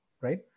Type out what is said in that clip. right